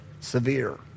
Severe